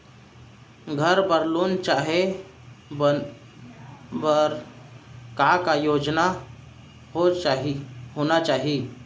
घर बर लोन लेहे बर का का योग्यता होना चाही?